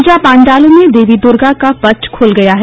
पूजा पंडालों में देवी दुर्गा का पट खुल गया है